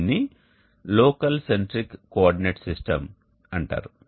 దీనిని local centric coordinate system అంటారు